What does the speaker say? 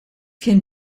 can